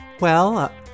Well